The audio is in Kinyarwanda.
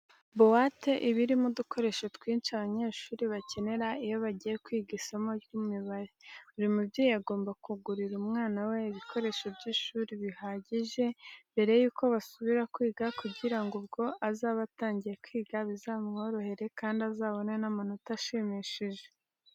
Buwate iba irimo udukoresho twinshi abanyeshuri bakenera iyo bagiye kwiga isomo ry'imibare. Buri mubyeyi agomba kugurira umwana we ibikoresho by'ishuri bihagije mbere yuko basubira kwiga kugira ngo ubwo azaba atangiye kwiga bizamworohere kandi azabone n'amanota ashimishije.